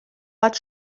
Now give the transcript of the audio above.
bat